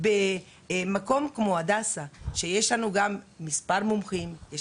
במקום כמו הדסה שיש לנו כמה מומחים ויש